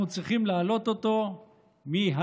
אנחנו צריכים להעלות אותו מההגיוני,